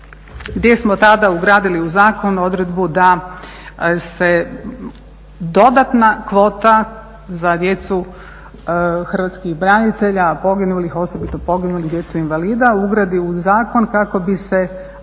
gdje smo tada ugradili u zakon odredbu da se dodatna kvota za djecu hrvatskih branitelja, poginulih, osobito poginulih, djecu invalida uvrsti u zakon kako bi se mogli